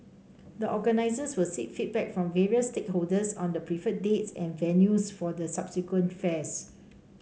the organizers will seek feedback from various stakeholders on the preferred dates and venues for the subsequent fairs